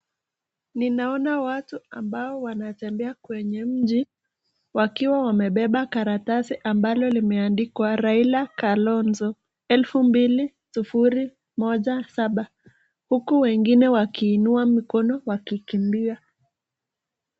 Ninaona watu ambao wanatembea kwenye nje wakiwa wamebeba karatasi ambalo limeandikwa Raila kalonzo elfu mbili sufuri moja saba huku wengine wakiinua mikono wakikimbia.